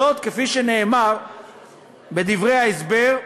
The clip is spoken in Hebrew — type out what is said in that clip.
זאת, כפי שנאמר בדברי ההסבר,